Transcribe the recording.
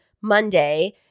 Monday